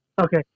Okay